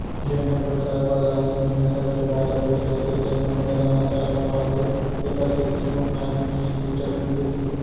जेन हर बेवसाय बर लाल सिंघी नसल के गाय ल पोसे रथे तेन ह बने दाना चारा खवाथे तेकर सेती ओन्नाइस बीस लीटर दूद देथे